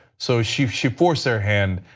so she she forced their hand.